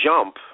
jump